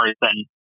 person